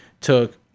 took